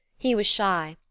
he was shy,